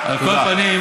תודה.